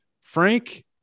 frank